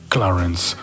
Clarence